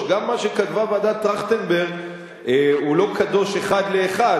גם מה שכתבה ועדת-טרכטנברג הוא לא קדוש אחד לאחד.